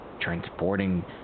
transporting